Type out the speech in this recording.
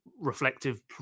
reflective